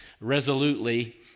resolutely